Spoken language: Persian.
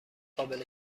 قابل